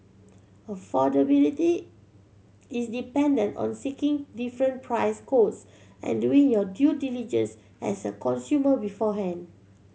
affordability is dependent on seeking different price quotes and doing your due diligence as a consumer beforehand